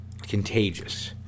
contagious